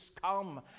come